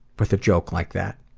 with a joke like that.